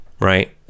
right